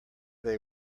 they